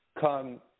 come